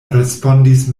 respondis